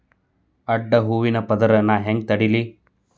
ಅಡ್ಡ ಹೂವಿನ ಪದರ್ ನಾ ಹೆಂಗ್ ತಡಿಲಿ?